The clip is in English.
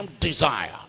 desire